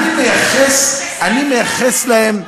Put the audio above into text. אני מייחס להם,